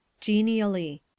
Genially